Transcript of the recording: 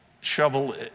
shovel